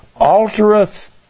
altereth